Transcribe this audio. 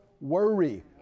worry